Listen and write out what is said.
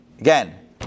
Again